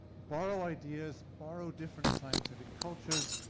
borrow ideas, borrow different scientific cultures.